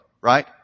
right